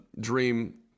dream